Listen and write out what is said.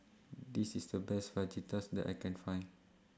This IS The Best Fajitas that I Can Find